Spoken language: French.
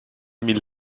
mille